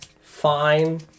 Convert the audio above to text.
fine